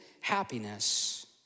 happiness